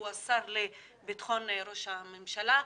הוא השר לביטחון ראש הממשלה,